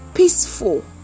Peaceful